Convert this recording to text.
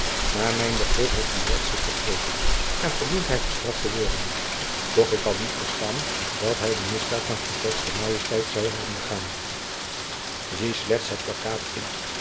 naar mijn begrip heeft buat zich vergrepen en verdient hy gestraft te worden doch ik kan niet verstaan dat hy de misdaad van gekwetste majesteit zoû hebben begaan zie slechts het plakkaat in